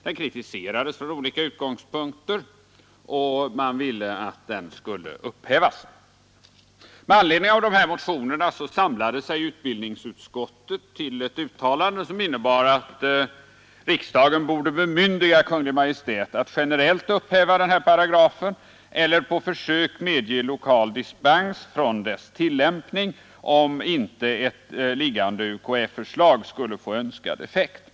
Den kritiserades från olika utgångspunkter, och Med anledning av motionerna samlade sig utbildningsutskottet till ett Torsdagen den uttalande som innebar, att riksdagen borde bemyndiga Kungl. Maj:t att 18 januari 1973 generellt upphäva paragrafen eller på försök medge lokal dispens från dess tillämpning, om inte ett liggande UKÄ-förslag skulle få önskad Om ökat återbruk effekt.